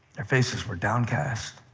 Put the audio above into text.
their faces were downcast.